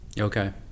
Okay